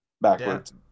backwards